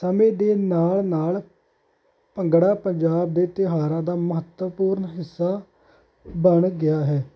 ਸਮੇਂ ਦੇ ਨਾਲ ਨਾਲ ਭੰਗੜਾ ਪੰਜਾਬ ਦੇ ਤਿਉਹਾਰਾਂ ਦਾ ਮਹੱਤਵਪੂਰਨ ਹਿੱਸਾ ਬਣ ਗਿਆ ਹੈ